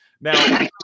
Now